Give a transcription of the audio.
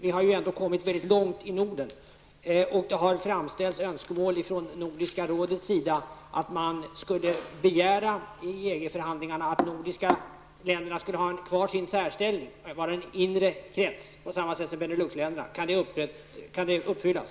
Vi har kommit mycket långt i Norden och det har framställts önskemål från Nordiska rådet om att man i EG förhandlingarna skulle begära att de nordiska länderna skall ha kvar sin särställning, vara en inre krets på samma sätt som Beneluxländerna. Kan det uppfyllas?